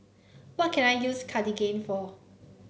what can I use Cartigain for